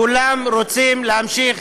כולם רוצים להמשיך